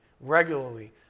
regularly